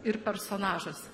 ir personažas